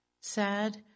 sad